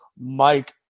Mike